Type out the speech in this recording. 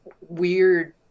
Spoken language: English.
weird